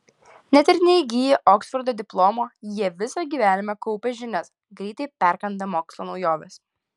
net ir neįgiję oksfordo diplomo jie visą gyvenimą kaupia žinias greitai perkanda mokslo naujoves